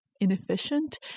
inefficient